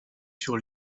sur